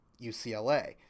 UCLA